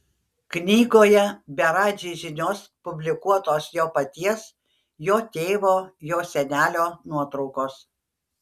knygoje be radži žinios publikuotos jo paties jo tėvo jo senelio nuotraukos